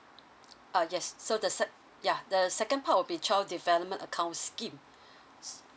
uh yes so the sec ya the second part will be child development accounts scheme